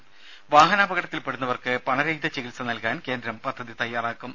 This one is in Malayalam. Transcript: രേര വാഹനാപകടത്തിൽപെടുന്നവർക്ക് പണരഹിത ചികിത്സ നൽകാൻ കേന്ദ്രം പദ്ധതി തയാറാക്കും